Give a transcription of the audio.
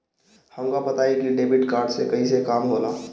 हमका बताई कि डेबिट कार्ड से कईसे काम होला?